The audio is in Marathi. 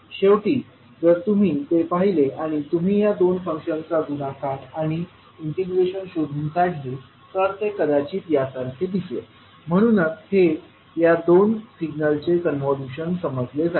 शेवटी जर तुम्ही ते पाहिले आणि तुम्ही या दोन फंक्शन्सचा गुणाकार आणि इंटिग्रेशन शोधून काढले तर ते कदाचित यासारखे दिसेल म्हणूनच हे या दोन सिग्नलचे कॉन्व्होल्यूशन समजले जाईल